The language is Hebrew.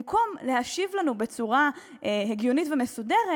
במקום להשיב לנו בצורה הגיונית ומסודרת